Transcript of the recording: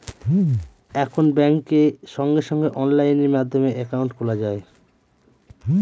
এখন ব্যাঙ্কে সঙ্গে সঙ্গে অনলাইন মাধ্যমে একাউন্ট খোলা যায়